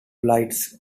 lights